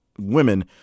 women